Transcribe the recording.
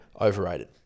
Overrated